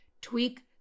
tweak